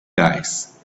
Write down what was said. guys